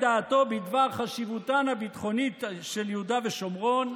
דעתו בדבר חשיבותם הביטחונית של יהודה ושומרון.